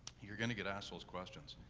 you're gonna get asked those questions.